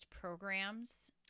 programs